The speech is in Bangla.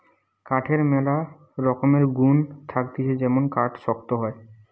কাঠের ম্যালা রকমের গুন্ থাকতিছে যেমন কাঠ শক্ত হয়